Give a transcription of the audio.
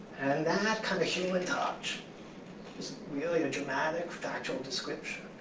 and and that kind of human touch is really the dramatic factual description.